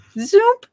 Zoom